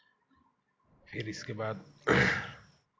फिर इसके बाद